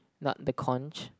not the conch